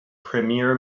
premier